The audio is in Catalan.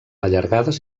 allargades